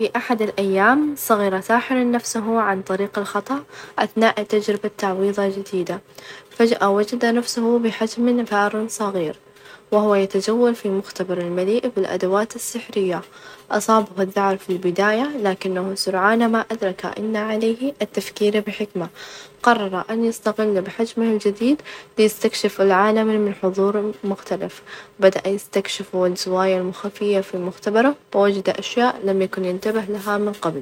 في أحد الأيام صغر ساحر نفسه عن طريق الخطأ أثناء تجربة تعويزة جديدة، فجأة وجد نفسه بحجم فار صغير، وهو يتجول في مختبره المليء بالأدوات السحرية، أصابه الذعر في البداية، لكنه سرعان ما أدرك أن عليه التفكير بحكمة قرر أن يستغل بحجمه الجديد ليستكشف العالم من حظور مختلف، بدأ يستكشف ،والزوايا المخفية في مختبره؛ فوجد أشياء لم يكن ينتبه لها من قبل.